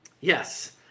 yes